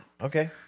Okay